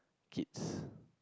kids